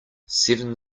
seven